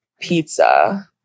pizza